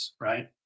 Right